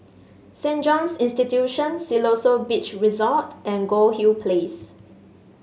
Saint Joseph's Institution Siloso Beach Resort and Goldhill Place